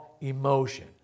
emotion